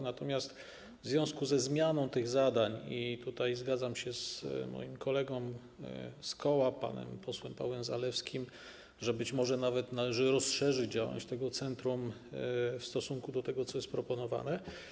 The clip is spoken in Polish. Natomiast w związku ze zmianą zadań - i tutaj zgadzam się z moim kolegą z koła panem posłem Pawłem Zalewskim - być może nawet należy rozszerzyć działalność tego centrum w stosunku do tego, co jest proponowane.